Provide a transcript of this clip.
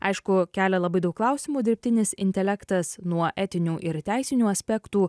aišku kelia labai daug klausimų dirbtinis intelektas nuo etinių ir teisinių aspektų